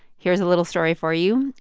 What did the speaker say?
here's a little story for you.